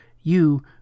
you